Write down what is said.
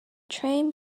train